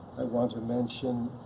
i want to mention,